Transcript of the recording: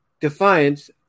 defiance